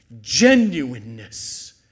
genuineness